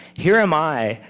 here am i.